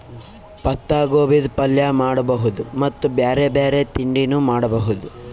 ಪತ್ತಾಗೋಬಿದ್ ಪಲ್ಯ ಮಾಡಬಹುದ್ ಮತ್ತ್ ಬ್ಯಾರೆ ಬ್ಯಾರೆ ತಿಂಡಿನೂ ಮಾಡಬಹುದ್